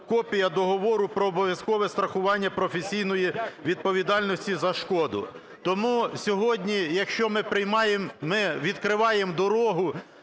копія договору про обов'язкове страхування професійної відповідальності за шкоду. Тому сьогодні, якщо ми приймаємо,